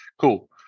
cool